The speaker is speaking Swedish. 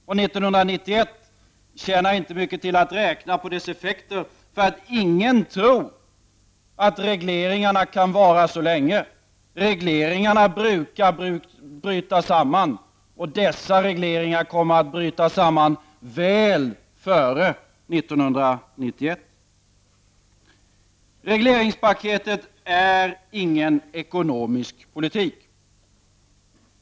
För 1991 tjänar det inte mycket till att räkna på dessa effekter. Ingen tror nämligen att regleringarna kan vara så länge. Regleringarna brukar bryta samman — dessa regleringar kommer att bryta samman gott och väl före 1991. Regleringspaketet är ingen ekonomisk politik.